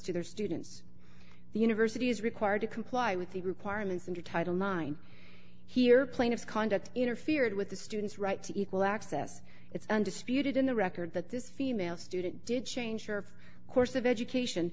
to their students the university is required to comply with the requirements under title nine here plaintiff's conduct interfered with the student's right to equal access it's undisputed in the record that this female student did change her of course of education